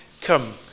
Come